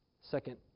Second